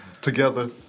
together